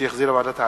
שהחזירה ועדת העלייה,